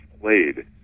played